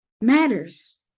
matters